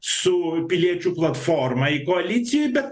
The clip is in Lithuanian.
su piliečių platforma į koaliciją bet